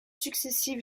successives